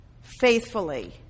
faithfully